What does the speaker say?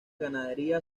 ganadería